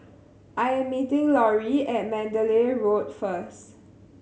I am meeting Loree at Mandalay Road first